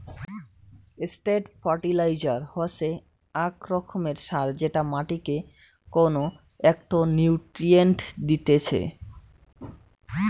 straight fertiliser হসে আক রকমের সার যেটা মাটিকে কউনো একটো নিউট্রিয়েন্ট দিতেছে